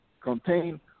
contain